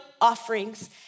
offerings